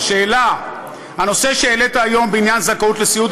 השאלה: הנושא שהעלית היום בעניין זכאות לסיעוד